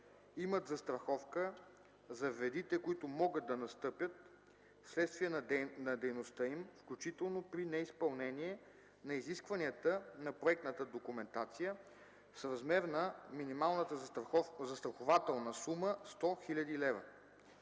имат застраховка за вредите, които могат да настъпят вследствие на дейността им, включително при неизпълнение на изискванията на проектната документация, с размер на минималната застрахователна сума 100 000 лв.